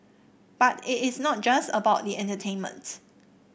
but it is not just about the entertainment